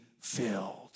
filled